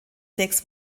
sechs